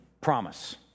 promise